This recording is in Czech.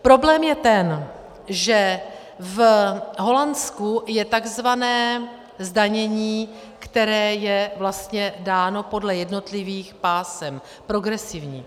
Problém je ten, že v Holandsku je tzv. zdanění, které je vlastně dáno podle jednotlivých pásem, progresivní.